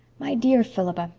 my dear philippa,